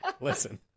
Listen